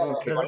Okay